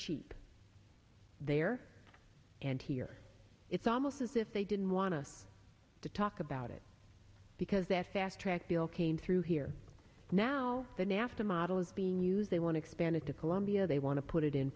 cheap there and here it's almost as if they didn't want us to talk about it because that fast track bill came through here now the nafta model is being used they want to expand it to colombia they want to put it in